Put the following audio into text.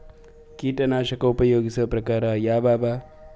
ಕೀಟನಾಶಕ ಉಪಯೋಗಿಸೊ ಪ್ರಕಾರ ಯಾವ ಅವ?